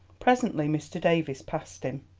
presently mr. davies passed him,